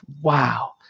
Wow